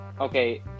okay